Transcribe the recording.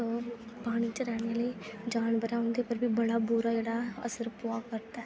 पानी च रौंह्नें आह्ले जानवर उं'दे पर बी बड़ा बुरा जेह्ड़ा असर पौआ करदा ऐ